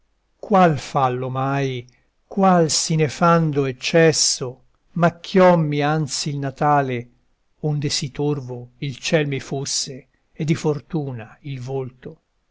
qual fallo mai qual sì nefando eccesso macchiommi anzi il natale onde sì torvo il ciel mi fosse e di fortuna il volto